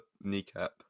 kneecap